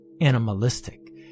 animalistic